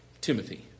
Timothy